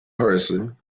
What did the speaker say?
person